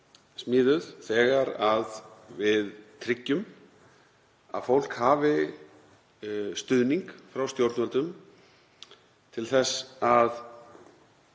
smíðuð þegar við tryggjum að fólk hafi stuðning frá stjórnvöldum til þess að